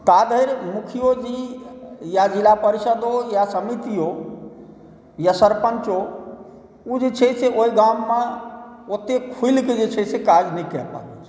ता धरि मुखिओजी या जिला परिषदो या समितिओ या सरपन्चो ओ जे छै से ओहिगाममे ओते खुलिकऽ जे चाही से काज नहि कए पाबै छै